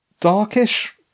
darkish